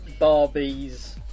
barbies